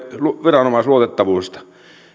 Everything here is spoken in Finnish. viranomaisluotettavuudesta